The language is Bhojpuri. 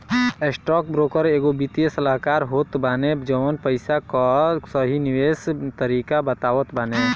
स्टॉकब्रोकर एगो वित्तीय सलाहकार होत बाने जवन पईसा कअ सही निवेश तरीका बतावत बाने